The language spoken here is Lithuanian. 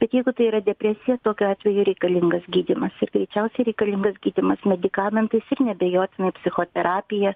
bet jeigu tai yra depresija tokiu atveju reikalingas gydymas ir greičiausiai reikalingas gydymas medikamentais ir neabejotinai psichoterapija